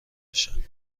بشن